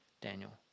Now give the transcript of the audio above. Daniel